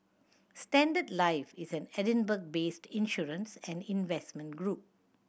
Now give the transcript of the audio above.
Standard Life is an Edinburgh based insurance and investment group